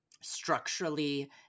structurally